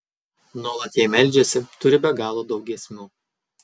nuolat jai meldžiasi turi be galo daug giesmių